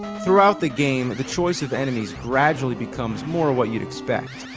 throughout the game, the choice of enemies gradually becomes more what you'd expect.